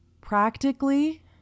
practically